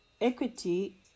equity